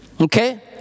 Okay